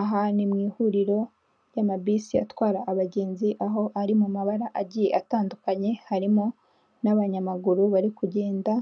Aha nimwihuriro ry'amabisi atwara abagenzi aho ari mumabara agiye atandukanye, harimo n'abanyamaguru barikugenda